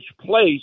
place